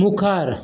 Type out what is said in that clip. मुखार